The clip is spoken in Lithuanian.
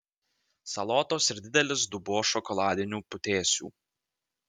salotos ir didelis dubuo šokoladinių putėsių